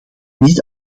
niet